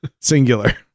singular